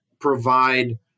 provide